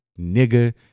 nigger